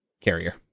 carrier